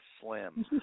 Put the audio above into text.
slim